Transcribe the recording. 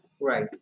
Right